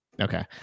Okay